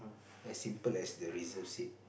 as simple as the reserve seat